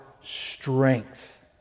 strength